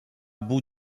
bout